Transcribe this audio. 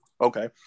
Okay